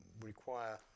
require